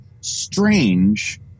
strange